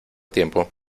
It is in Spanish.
tiempo